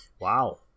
Wow